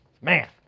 Man